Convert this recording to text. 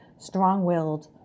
Strong-willed